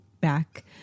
back